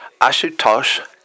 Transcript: Ashutosh